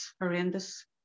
horrendous